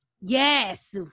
Yes